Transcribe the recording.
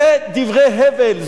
זה דברי הבל,